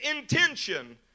intention